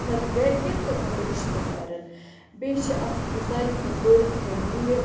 نَتہٕ گَھرِکیٚن تہٕ نَتہٕ رِشتہٕ دارَن بیٚیہِ چھِ اَکھ ساروٕے کھۄتہٕ بٔڑ خٲمی یَتھ